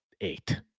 eight